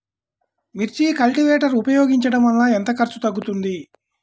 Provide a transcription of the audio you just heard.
మిర్చి కల్టీవేటర్ ఉపయోగించటం వలన ఎంత ఖర్చు తగ్గుతుంది?